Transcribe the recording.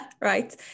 right